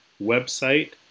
website